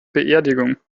beerdigung